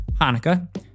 Hanukkah